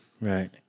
Right